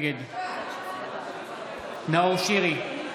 נגד נאור שירי,